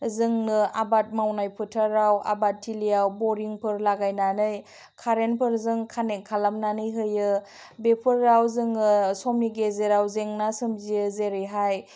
जोंनो आबाद मावनाय फोथाराव आबाद थिलियाव बरिंफोर लागायनानै कारेन्टफोरजों कानेक्ट खालामनानै होयो बेफोराव जोङो समनि गेजेराव जेंना सोमजियो जेरैहाय